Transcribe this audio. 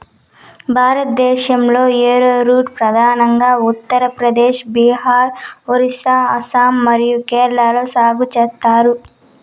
భారతదేశంలో, యారోరూట్ ప్రధానంగా ఉత్తర ప్రదేశ్, బీహార్, ఒరిస్సా, అస్సాం మరియు కేరళలో సాగు చేస్తారు